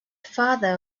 farther